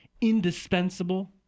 indispensable